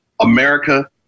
America